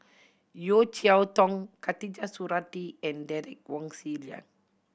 Yeo Cheow Tong Khatijah Surattee and Derek Wong Zi Liang